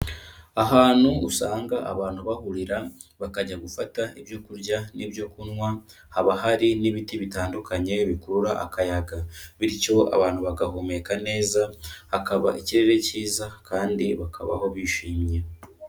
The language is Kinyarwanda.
Ahantu usanga abantu bahurira, bakajya gufata ibyo kurya n'ibyo kunywa, haba hari n'ibiti bitandukanye bikurura akayaga. Bityo abantu bagahumeka neza, hakaba ikirere cyiza kandi bakabaho bishimye.